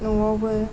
न'आवबो